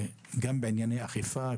גם בענייני אכיפה,